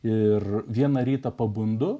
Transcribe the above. ir vieną rytą pabundu